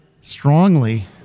Strongly